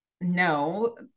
no